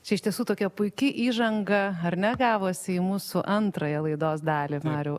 čia iš tiesų tokia puiki įžanga ar ne gavosi į mūsų antrąją laidos dalį mariau